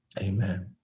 amen